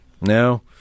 no